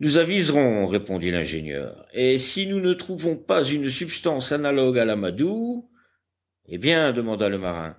nous aviserons répondit l'ingénieur et si nous ne trouvons pas une substance analogue à l'amadou eh bien demanda le marin